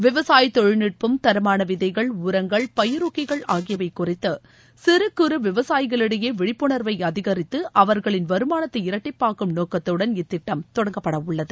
விவசாய தொழில்நுட்பம் தரமான விதைகள் உரங்கள் பயிருக்கிகள் ஆகியவை குறித்து சிறுகுறு விவசாயிகளிடையே விழிப்புணர்வை அதிகரித்து அவர்களின் வருமானத்தை இரட்டிப்பாக்கும் நோக்கத்துடன் இத்திட்டம் தொடங்கப்பட உள்ளது